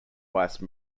vice